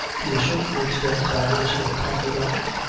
to a certain extent, i was her confidant.